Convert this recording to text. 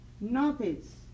notice